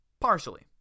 partially